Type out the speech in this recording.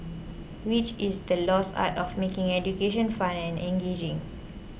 which is the lost art of making education fun and engaging